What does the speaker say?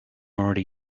already